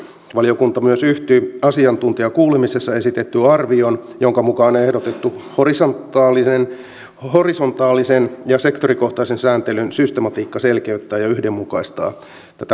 valiokunta myös yhtyy asiantuntijakuulemisessa esitettyyn arvioon jonka mukaan ehdotettu horisontaalisen ja sektorikohtaisen sääntelyn systematiikka selkeyttää ja yhdenmukaistaa tätä normistoa